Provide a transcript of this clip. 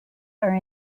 are